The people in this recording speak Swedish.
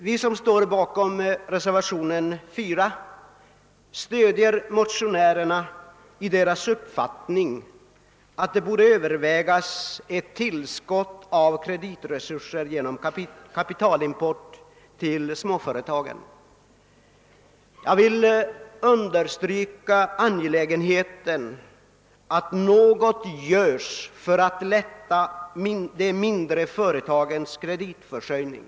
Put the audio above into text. Vi som står bakom reservationen 4 stöder motionärerna i deras uppfattning att det borde övervägas ett tillskott av kreditresurser genom kapitalimport till småföretagen. Jag vill understryka angelägenheten av att något göres för att underlätta de mindre företagens kreditförsörjning.